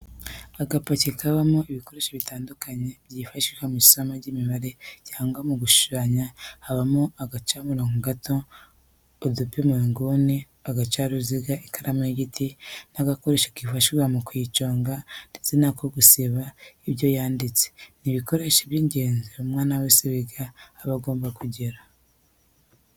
Agapaki kabamo ibikoresho bitandukanye byifashishwa mu isomo ry'imibare cyangwa se mu gushushanya habamo agacamurongo gato, udupima inguni, uducaruziga, ikaramu y'igiti n'agakoresho kifashishwa mu kuyiconga ndetse n'ako gusiba ibyo yanditse, ni ibikoresho by'ingenzi umwana wese wiga aba agomba kugira.